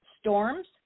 storms